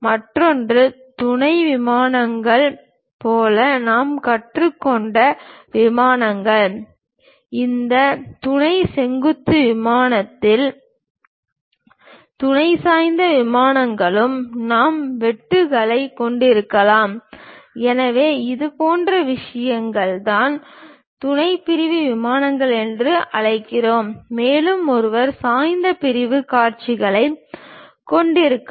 மற்றொன்று துணை விமானங்கள் போல நாம் கற்றுக்கொண்ட விமானங்கள் இந்த துணை செங்குத்து விமானத்தில் துணை சாய்ந்த விமானங்களும் நாம் வெட்டுக்களைக் கொண்டிருக்கலாம் எனவே இதுபோன்ற விஷயங்கள் தான் துணைப் பிரிவு விமானங்கள் என்று அழைக்கிறோம் மேலும் ஒருவர் சாய்ந்த பிரிவுக் காட்சிகளைக் கொண்டிருக்கலாம்